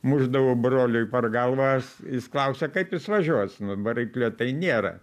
mušdavau broliui per galvą jis klausia kaip jis važiuos nu variklio tai nėra